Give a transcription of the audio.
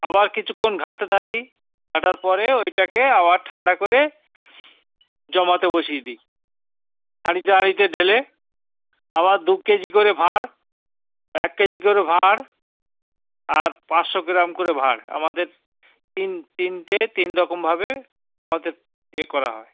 আবার কিছুক্ষণ ঘাঁটতে থাকি ঘাঁটার পরে ওইটাকে আবার ঠাণ্ডা করে জমাতে বসিয়ে দিই হাঁড়িতে হাঁড়িতে ঢেলে আবার দু কেজি করে ভাঁড় এক কেজি করে ভাঁড় আর পাঁচশো গ্রাম করে ভাঁড় আমাদের তিন তিনটে তিন রকমভাবে আমাদের ইয়ে করা হয়